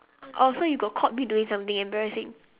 oh so you got caught me doing something embarrassing